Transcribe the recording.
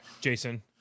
Jason